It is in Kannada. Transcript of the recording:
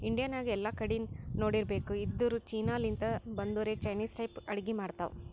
ಇಂಡಿಯಾ ನಾಗ್ ಎಲ್ಲಾ ಕಡಿ ನೋಡಿರ್ಬೇಕ್ ಇದ್ದೂರ್ ಚೀನಾ ಲಿಂತ್ ಬಂದೊರೆ ಚೈನಿಸ್ ಟೈಪ್ ಅಡ್ಗಿ ಮಾಡ್ತಾವ್